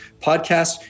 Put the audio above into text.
podcast